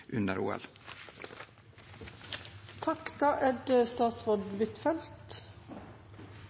under press, er det